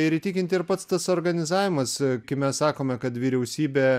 ir įtikinti ir pats tas organizavimas kai mes sakome kad vyriausybė